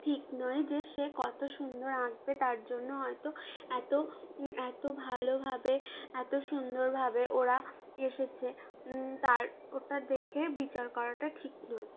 ঠিক নয় যে সে কত সুন্দর আঁকবে তার জন্য হয়তো এত এত ভালোভাবে এত সুন্দরভাবে ওরা এসেছে তার ওটা দেখে বিচার করাটা ঠিক নয়